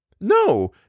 No